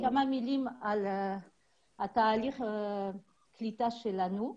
כמה מלים על תהליך הקליטה שלנו.